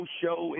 show